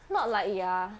not like ya